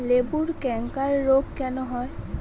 লেবুর ক্যাংকার রোগ কেন হয়?